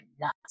nuts